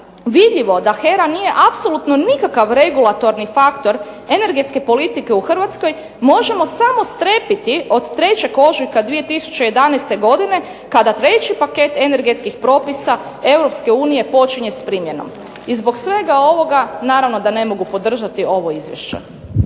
vidljivo da HERA nije apsolutno nikakav regulatorni faktor energetske politike u Hrvatskoj možemo samo strepiti od 3. ožujka 2011. godine kada treći paket energetskih propisa EU počinje s primjenom. I zbog svega ovoga naravno da ne mogu podržati ovo izvješće.